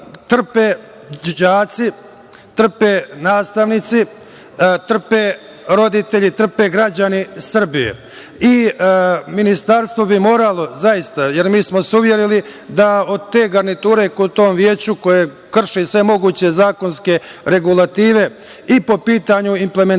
trpe đaci, trpe nastavnici, trpe roditelji, trpe građani Srbije. Ministarstvo bi zaista moralo, jer mi smo se uverili da od te garniture koja je u tom veću, koja krši sve moguće zakonske regulative i po pitanju implementacije